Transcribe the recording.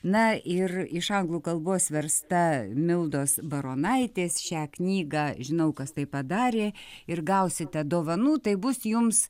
na ir iš anglų kalbos versta mildos baronaitės šią knygą žinau kas tai padarė ir gausite dovanų tai bus jums